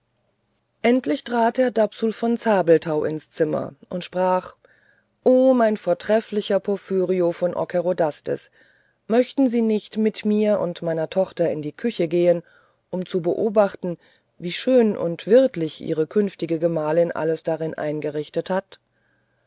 endlich trat herr dapsul von zabelthau ins zimmer und sprach o mein vortrefflicher porphyrio von ockerodastes möchten sie sich nicht mit mir und meiner tochter in die küche begeben um zu beobachten wie schön und wirtlich ihre künftige gemahlin alles darin eingerichtet hat